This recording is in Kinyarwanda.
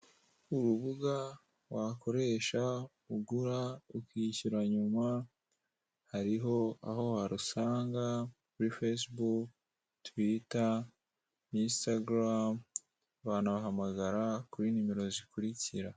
Urubuga wakoresha ugura ukishyura nyuma hariho aho warusanga kuri facebook twita insitagarame wanabahahamagara kuri nimero zikurikira.